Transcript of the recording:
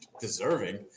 deserving